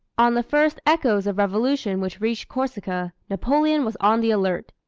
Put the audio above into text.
on the first echoes of revolution which reached corsica, napoleon was on the alert.